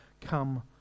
Come